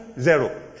zero